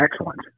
excellent